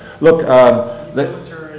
Look